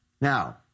Now